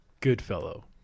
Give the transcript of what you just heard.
Goodfellow